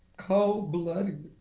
cold-blooded,